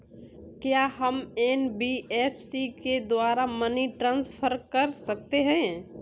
क्या हम एन.बी.एफ.सी के द्वारा मनी ट्रांसफर कर सकते हैं?